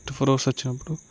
twenty four hours వచ్చినపుడు